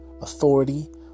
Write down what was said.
authority